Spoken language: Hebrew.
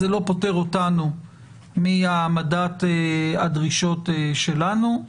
זה לא פוטר אותנו מהעמדת הדרישות שלנו.